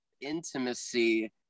intimacy